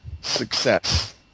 success